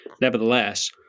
nevertheless